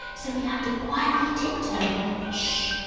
so we have to quietly tiptoe shhh,